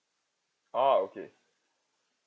oh okay